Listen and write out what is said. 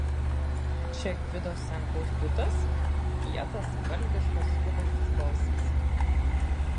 čia gvido senkaus butas kietas valdiškas skubantis balsas